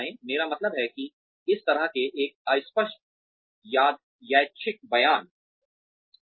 मेरा मतलब है कि इस तरह के एक अस्पष्ट यादृच्छिक बयान है